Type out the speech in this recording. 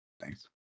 Thanks